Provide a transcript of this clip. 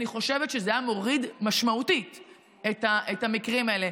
אני חושבת שזה היה מוריד משמעותית את המקרים האלה.